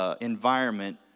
environment